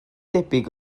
debyg